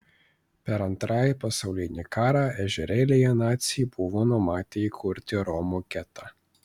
per antrąjį pasaulinį karą ežerėlyje naciai buvo numatę įkurti romų getą